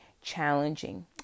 challenging